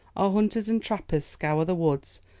our hunters and trappers scour the woods,